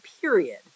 period